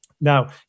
Now